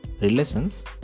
relations